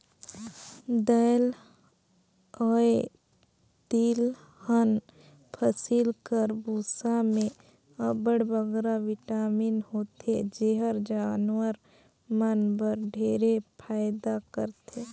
दाएल अए तिलहन फसिल कर बूसा में अब्बड़ बगरा बिटामिन होथे जेहर जानवर मन बर ढेरे फएदा करथे